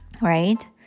right